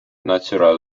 natural